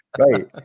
right